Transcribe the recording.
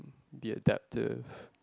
be adaptive